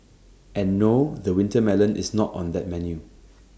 and no the winter melon is not on that menu